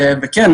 וכן,